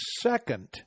second